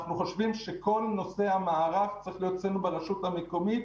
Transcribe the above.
אנחנו חושבים שכל נושא המערך צריך להיות אצלנו ברשות המקומית,